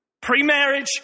pre-marriage